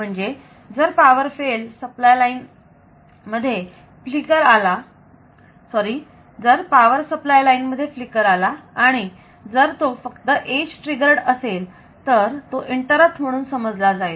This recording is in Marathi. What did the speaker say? म्हणजे जर पावर सप्लाय लाईन मध्ये फ्लिकर आला आणि जर तो फक्त एज ट्रीगर्ड असेल तर तो इंटरप्ट म्हणून समजला जाईल